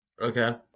Okay